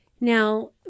Now